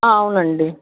అవును అండి